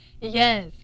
Yes